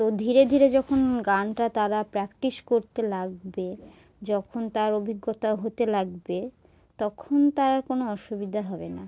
তো ধীরে ধীরে যখন গানটা তারা প্র্যাকটিস করতে লাগবে যখন তার অভিজ্ঞতা হতে লাগবে তখন তারা কোনো অসুবিধা হবে না